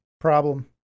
problem